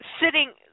sitting